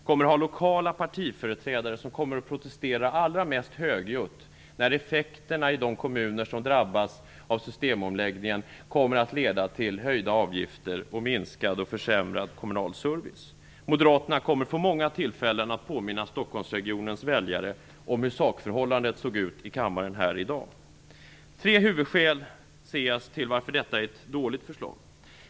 Dessa partiers lokala företrädare kommer, när effekterna för de av systemomläggningen drabbade kommunerna blir höjda avgifter samt minskad och försämrad kommunal service, att vara de som protesterar allra mest högljutt. Moderaterna kommer att få många tillfällen att påminna Stockholmsregionens väljare om hur sakförhållandena var i kammaren här i dag. Jag ser tre huvudskäl till att detta är ett dåligt förslag.